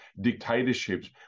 dictatorships